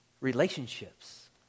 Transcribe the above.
relationships